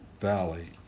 Valley